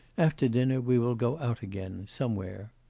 after dinner we will go out again somewhere